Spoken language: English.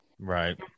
Right